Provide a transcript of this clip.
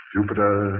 Jupiter